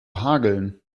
hageln